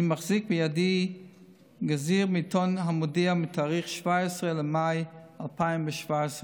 אני מחזיק בידי גזיר מעיתון המודיע מתאריך 17 במאי 2017,